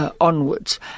onwards